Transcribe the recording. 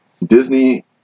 Disney